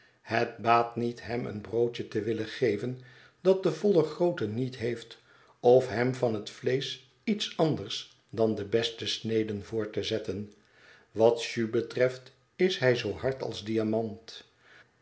het baat niet hem een broodje te willen geven dat de volle grootte niet heeft of hem van het vleesch iets anders dan de beste sneden voor te zetten wat jus betreft is hij zoo hard als diamant